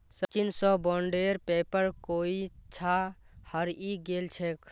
सचिन स बॉन्डेर पेपर कोई छा हरई गेल छेक